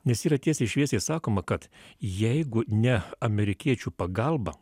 nes yra tiesiai šviesiai sakoma kad jeigu ne amerikiečių pagalba